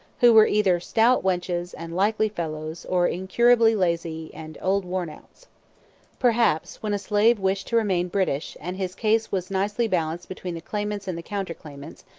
who were either stout wenches and likely fellows or incurably lazy and old worn-outs perhaps, when a slave wished to remain british, and his case was nicely balanced between the claimants and the counter-claimants,